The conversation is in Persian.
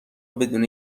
بدون